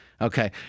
okay